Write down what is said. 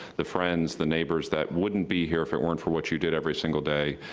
the friends, the neighbors, that wouldn't be here if it weren't for what you did every single day.